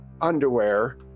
underwear